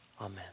Amen